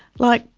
like,